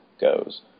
goes